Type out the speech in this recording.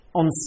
on